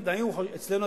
אצלנו,